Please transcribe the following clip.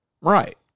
Right